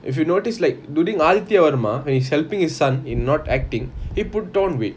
if you notice like during Adithya Varma varma when he's helping his son in not acting he put on weight